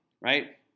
right